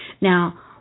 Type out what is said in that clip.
Now